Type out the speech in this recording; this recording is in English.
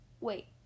Wait